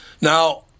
Now